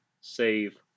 save